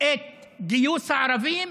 את גיוס הערבים,